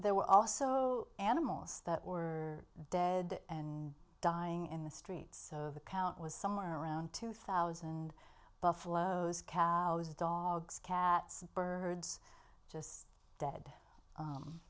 there were also animals that were dead and dying in the streets the count was somewhere around two thousand buffaloes cows dogs cats birds just dead